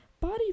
body